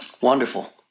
wonderful